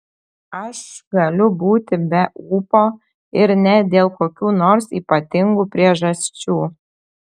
aš galiu būti be ūpo ir ne dėl kokių nors ypatingų priežasčių